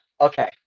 Okay